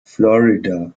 florida